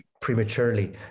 prematurely